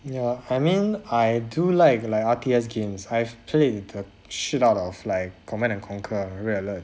ya I mean I do like like R_T_S games I've played in the shit out of like command and conquer red alert